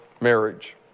marriage